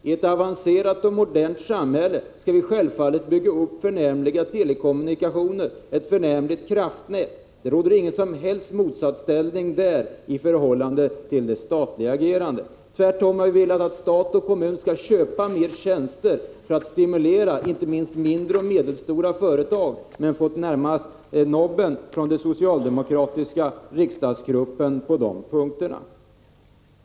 I ett avancerat och modernt samhälle skall vi självfallet bygga upp förnämliga telekommunikationer och ett förnämligt kraftnät. Där råder det ingen som helst motsatsställning i fråga om det statliga agerandet. Tvärtom har vi velat att stat och kommun skall köpa mer tjänster för att stimulera inte minst mindre och medelstora företag men fått närmast nobben från den socialdemokratiska riksdagsgruppen på den punkten.